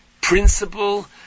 principle